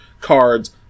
cards